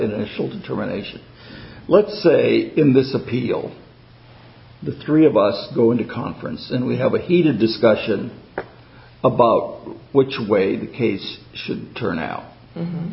initial determination let's say in this appeal the three of us go into conference and we have a heated discussion about which way the case should turn out